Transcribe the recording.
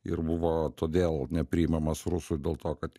ir buvo todėl nepriimamas rusų dėl to kad